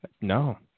No